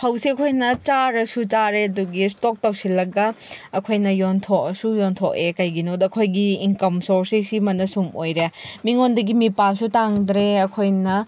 ꯐꯧꯁꯦ ꯑꯩꯈꯣꯏꯅ ꯆꯥꯔꯁꯨ ꯆꯥꯔꯦ ꯑꯗꯨꯒꯤ ꯏꯁꯇꯣꯛ ꯇꯧꯁꯤꯜꯂꯒ ꯑꯩꯈꯣꯏꯅ ꯌꯣꯟꯊꯣꯛꯑꯁꯨ ꯌꯣꯟꯊꯣꯛꯑꯦ ꯀꯩꯒꯤꯅꯣꯗ ꯑꯩꯈꯣꯏꯒꯤ ꯏꯟꯀꯝ ꯁꯣꯔꯁꯦꯁꯁꯤ ꯁꯤ ꯃꯅ ꯁꯨꯝ ꯑꯣꯏꯔꯦ ꯃꯤꯉꯣꯜꯗꯒꯤ ꯃꯤꯄꯥꯜꯁꯨ ꯇꯥꯡꯗ꯭ꯔꯦ ꯑꯩꯈꯣꯏꯅ